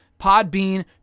Podbean